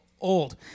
old